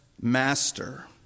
master